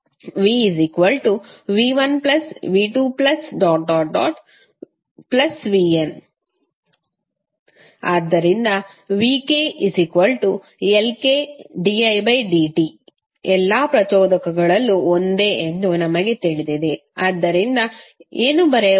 vv1v2vn ಆದ್ದರಿಂದvkLkdidt ಎಲ್ಲಾ ಪ್ರಚೋದಕಗಳಲ್ಲೂ ಒಂದೇ ಎಂದು ನಮಗೆ ತಿಳಿದಿದೆ ಆದ್ದರಿಂದ ಏನು ಬರೆಯಬಹುದು